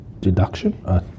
deduction